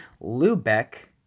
Lubeck